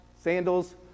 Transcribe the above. sandals